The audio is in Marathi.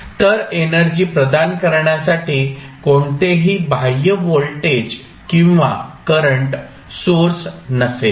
तर एनर्जी प्रदान करण्यासाठी कोणतेही बाह्य व्होल्टेज किंवा करंट सोर्स नसेल